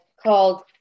called